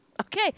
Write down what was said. Okay